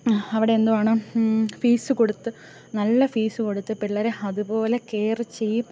അവിടെ എന്തോണം ഫീസു കൊടുത്ത് നല്ല ഫീസു കൊടുത്ത് പിള്ളേരെ അതുപോലെ കെയറ് ചെയ്യും